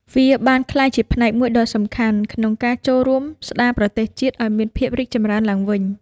វាបានក្លាយជាផ្នែកមួយដ៏សំខាន់ក្នុងការចូលរួមស្តារប្រទេសជាតិឱ្យមានភាពរីកចម្រើនឡើងវិញ។